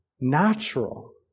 natural